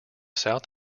south